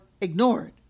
ignored